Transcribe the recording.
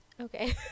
Okay